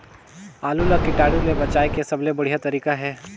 आलू ला कीटाणु ले बचाय के सबले बढ़िया तारीक हे?